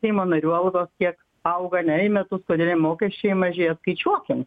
seimo narių algos kiek auga ne į metus kodėl jiem mokesčiai mažėja skaičiuokim